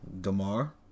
Damar